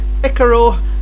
Icaro